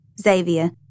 Xavier